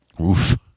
Oof